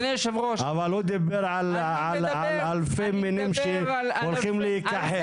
אדוני יושב הראש -- אבל הוא דיבר על אלפי מינים שהולכים להיכחד.